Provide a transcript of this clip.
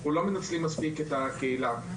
אנחנו לא מנצלים מספיק את הקהילה.